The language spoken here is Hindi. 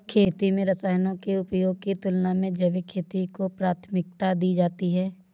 खेती में रसायनों के उपयोग की तुलना में जैविक खेती को प्राथमिकता दी जाती है